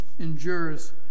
endures